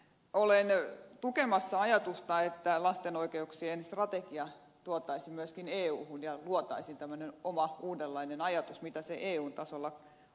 olen tukemassa ajatusta että lasten oikeuksien strategia tuotaisiin myöskin euhun ja luotaisiin tämmöinen oma uudenlainen ajatus siitä mitä se eun tasolla on